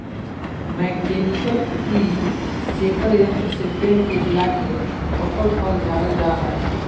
mechanical tree shaker यंत्र से पेड़ के हिलाके पकल फल झारल जा हय